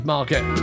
Market